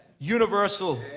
Universal